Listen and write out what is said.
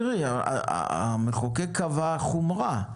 המחוקק קבע חומרה.